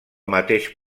mateix